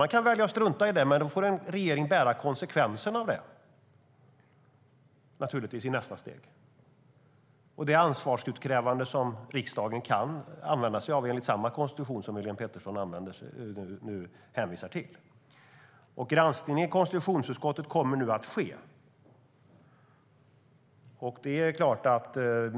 Man kan välja att strunta i det, men då får regeringen i nästa steg naturligtvis bära konsekvenserna av det och det ansvarsutkrävande som riksdagen kan använda sig av enligt samma konstitution som Helene Petersson nu hänvisar till. Granskning i konstitutionsutskottet kommer nu att ske.